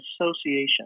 association